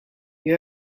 you